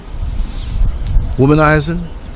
womanizing